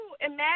imagine